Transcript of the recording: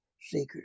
seekers